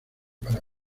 para